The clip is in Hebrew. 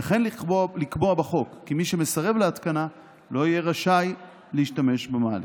וכן לקבוע בחוק כי מי שמסרב להתקנה לא יהיה רשאי להשתמש במעלית.